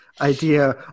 idea